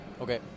Okay